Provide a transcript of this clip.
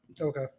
Okay